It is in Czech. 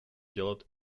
dělat